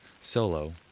solo